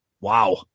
Wow